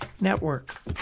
network